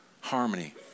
harmony